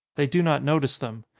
they do not notice them.